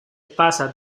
pasa